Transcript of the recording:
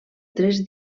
tres